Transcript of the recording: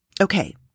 Okay